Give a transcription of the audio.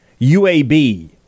UAB